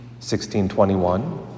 1621